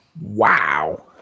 Wow